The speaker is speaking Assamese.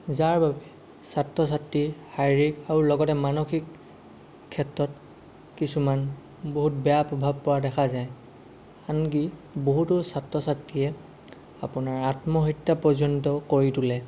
যাৰ বাবে ছাত্ৰ ছাত্ৰীৰ শাৰিৰীক আৰু লগতে মানসিক ক্ষেত্ৰত কিছুমান বহুত বেয়া প্ৰভাৱ পৰা দেখা যায় আনকি বহুতো ছাত্ৰ ছাত্ৰীয়ে আপোনাৰ আত্মহত্য়া পৰ্যন্তও কৰি তোলে